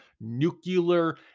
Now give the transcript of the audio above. nuclear